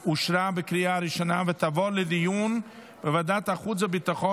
2024, לוועדת חוץ וביטחון